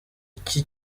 iki